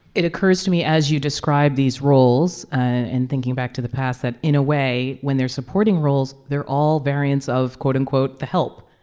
it occurs to me as you describe these roles and thinking back to the past that in a way, when they're supporting roles, they're all variants of, quote-unquote, the help,